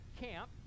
camp